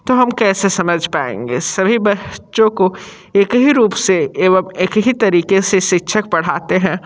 तो हम कैसे समझ पाएंगे सभी बच्चों को एक ही रूप से एवम एक ही तरीके से शिक्षक पढ़ाते हैं